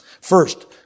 First